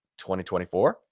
2024